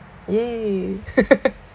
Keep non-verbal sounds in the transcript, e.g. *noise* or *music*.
!yay! *laughs*